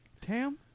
Tam